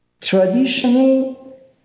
traditional